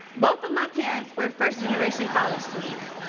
both of my parents were first-generation college students.